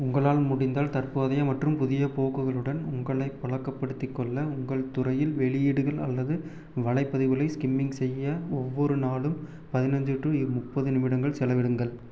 உங்களால் முடிந்தால் தற்போதைய மற்றும் புதிய போக்குகளுடன் உங்களைப் பழக்கப்படுத்திக் கொள்ள உங்கள் துறையில் வெளியீடுகள் அல்லது வலைப்பதிவுகளை ஸ்கிம்மிங் செய்ய ஒவ்வொரு நாளும் பதினஞ்சு டு முப்பது நிமிடங்கள் செலவிடுங்கள்